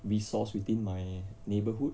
resource within my neighborhood